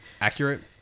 accurate